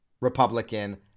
Republican